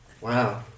Wow